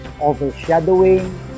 overshadowing